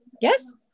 Yes